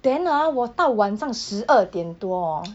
then ah 我到晚上十二点多 hor